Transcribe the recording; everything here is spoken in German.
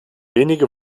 wenige